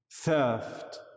theft